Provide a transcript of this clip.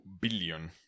billion